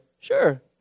sure